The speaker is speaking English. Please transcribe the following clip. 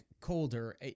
colder